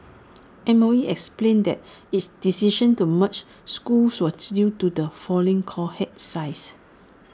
M O E explained that its decision to merge schools was due to the falling cohort sizes